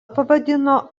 pavadino